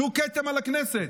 שהוא כתם על הכנסת,